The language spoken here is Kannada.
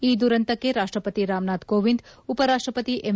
ಈ ದುರಂತಕ್ಕೆ ರಾಷ್ಷಪತಿ ರಾಮ್ನಾಥ್ ಕೋವಿಂದ್ ಉಪರಾಷ್ಷಪತಿ ಎಂ